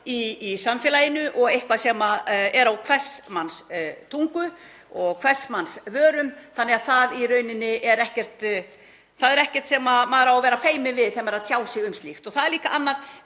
í samfélaginu og eitthvað sem er á hvers manns tungu og á hvers manns vörum. Það er í rauninni ekkert sem maður á að vera feiminn við þegar maður er að tjá sig um slíkt. Það er líka annað.